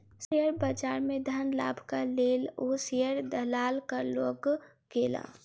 share बजार में धन लाभक लेल ओ शेयर दलालक लग गेला